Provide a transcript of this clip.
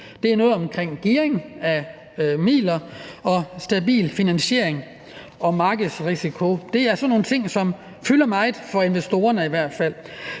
Det har noget at gøre med gearing af midler og stabil finansiering og markedsrisiko. Det er sådan nogle ting, som i hvert fald fylder meget for investorerne. Så Dansk